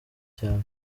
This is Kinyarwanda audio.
cyane